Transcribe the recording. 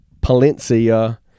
palencia